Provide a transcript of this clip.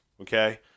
okay